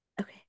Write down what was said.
Okay